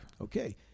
Okay